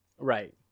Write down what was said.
right